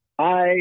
hi